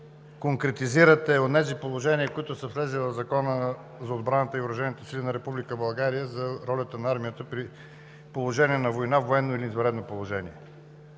конкретизирате онези положения, които са влезли в Закона за отбраната и въоръжените сили на Република България за ролята на армията при положение на война, военно или извънредно положение.